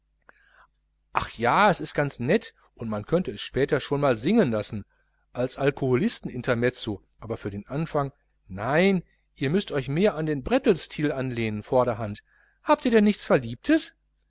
ach ja es ist ganz nett und man könnte es später schon mal singen lassen als alkoholistenintermezzo aber für den anfang nein ihr müßt euch mehr an den brettlstil anlehnen vorderhand habt ihr denn gar nichts verliebtes